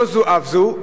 לא זו אף זו,